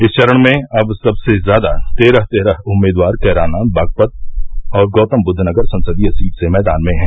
इस चरण में अब सबसे ज्यादा तेरह तेरह उम्मीदवार कैराना बागपत और गौतमबुद्व नगर संसदीय सीट से मैदान में हैं